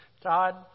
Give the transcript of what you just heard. Todd